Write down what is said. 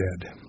dead